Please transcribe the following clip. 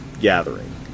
gathering